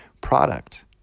product